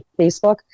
Facebook